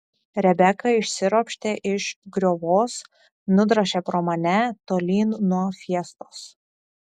rebeka išsiropštė iš griovos nudrožė pro mane tolyn nuo fiestos